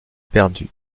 perdue